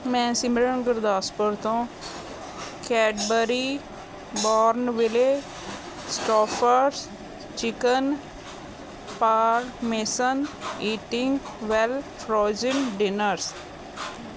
ਮੈਂ ਸਿਮਰਨ ਗੁਰਦਾਸਪੁਰ ਤੋਂ Cadbury Bournville Stouffer's chicken parmesan eating well frozen Diners